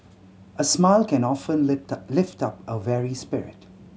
a smile can often lift up a weary spirit